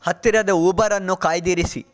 ಹತ್ತಿರದ ಊಬರನ್ನು ಕಾಯ್ದಿರಿಸಿ